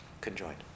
conjoined